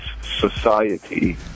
Society